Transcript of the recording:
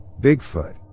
Bigfoot